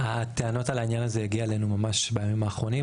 הטענות על העניין הזה הגיע אלינו ממש בימים האחרונים,